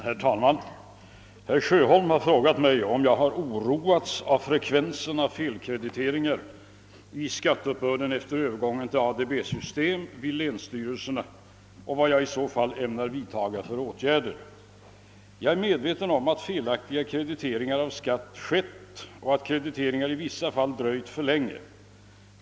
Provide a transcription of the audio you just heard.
Herr talman! Herr Sjöholm har frågat mig, om jag oroats av frekvensen av felkrediteringar i skatteuppbörden efter övergången till ADB-system vid länsstyrelserna och vad jag i så fall ämnar vidta för åtgärder. Jag är medveten om att felaktiga krediteringar av skatt skett och att krediteringar i vissa fall dröjt för länge.